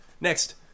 next